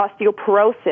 osteoporosis